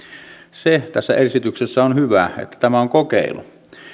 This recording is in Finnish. se tässä esityksessä on hyvää että tämä on kokeilu